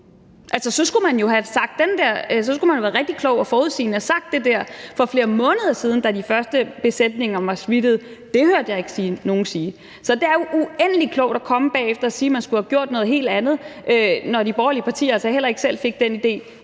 så skulle man jo have været meget klog og forudseende og have sagt det der for flere måneder siden, da de første besætninger blev smittet. Dér hørte jeg ikke nogen sige det. Så det er jo uendelig bagklogt at komme bagefter og sige, at man skulle have gjort noget helt andet, når de borgerlige partier altså heller ikke selv fik den idé